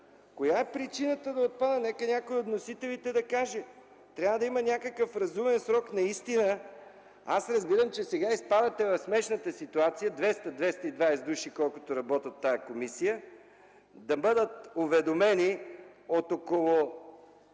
Коя е причината да отпада? Нека някой от вносителите да каже. Трябва да има някакъв разумен срок. Разбирам, че сега изпадате в смешната ситуация 200-220 души, които работят в тази комисия, да бъдат уведомени от около